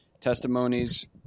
testimonies